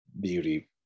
beauty